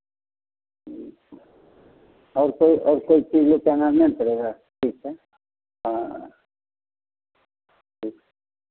ठीक है और कोई और कोई चीज़ लेके आना नहीं ना पड़ेगा ठीक है हाँ ठीक